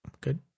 Good